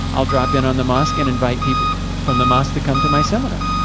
i will drop in on the mosque and invite people from the mosque to come to my seminar.